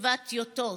ובכתיבת טיוטות.